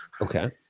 Okay